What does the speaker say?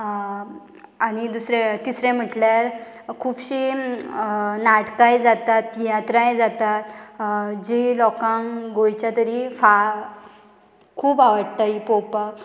आनी दुसरें तिसरें म्हटल्यार खुबशीं नाटकांय जातात तियात्रांय जातात जीं लोकांक गोंयच्या तरी फा खूब आवडटा ही पोवपाक